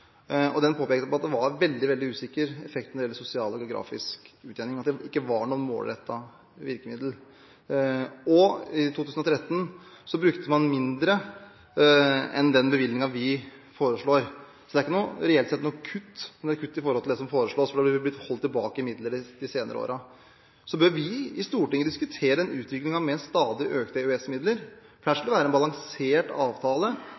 EØS-midlene. Den påpekte at effekten når det gjelder sosial eller grafisk utjevning, var veldig usikker, og at det ikke var noe målrettet virkemiddel. I 2013 brukte man mindre enn den bevilgningen vi foreslår. Så det er reelt sett ikke noe kutt, men det er et kutt i forhold til det som foreslås, fordi det er blitt holdt tilbake midler de senere årene. Så bør vi i Stortinget diskutere utviklingen med stadig økte EØS-midler. Det skal være en balansert avtale,